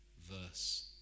verse